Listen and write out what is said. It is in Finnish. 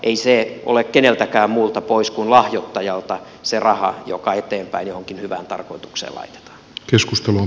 ei se ole keneltäkään muulta pois kuin lahjoittajalta se raha joka eteenpäin onkin hyvä tarkoituksella ja keskustelun